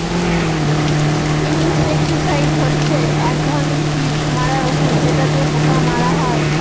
insecticide হচ্ছে এক ধরনের কীট মারার ঔষধ যেটা দিয়ে পোকা মারা হয়